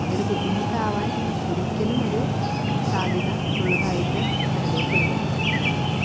അതൊരു ബുദ്ധിമുട്ടാവാൻ ഒരിക്കലും ഒരു സാധ്യത ഉള്ളതായിട്ട് അനുഭവപ്പെടുന്നില്ല